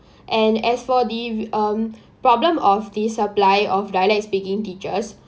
and as for the um problem of the supply of dialects begin teachers